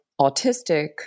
autistic